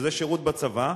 שזה שירות בצבא,